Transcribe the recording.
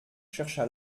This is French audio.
chercha